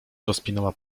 rozpinała